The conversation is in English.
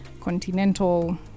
continental